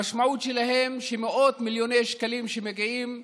המשמעות שלה שמאות מיליוני שקלים שמגיעים